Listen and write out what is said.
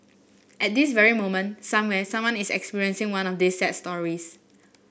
at this very moment somewhere someone is experiencing one of these sad stories